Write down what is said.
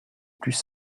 plus